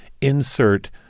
insert